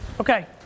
Okay